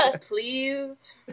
Please